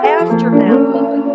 aftermath